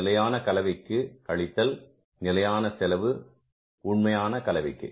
நிலையான கலவைக்கு கழித்தல் நிலையான செலவு உண்மையான கலவைக்கு